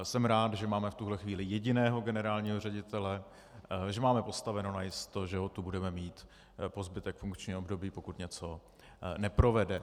Jsem rád, že máme v tuhle chvíli jediného generálního ředitele, že máme postaveno najisto, že ho tu budeme mít po zbytek funkčního období, pokud něco neprovede.